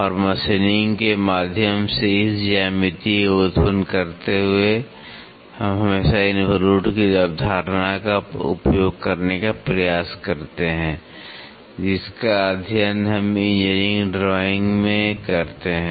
और मशीनिंग के माध्यम से इस ज्यामिति को उत्पन्न करते हुए हम हमेशा इनवॉल्यूट की अवधारणा का उपयोग करने का प्रयास करते हैं जिसका अध्ययन हम इंजीनियरिंग ड्राइंग में करते हैं